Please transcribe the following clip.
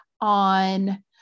on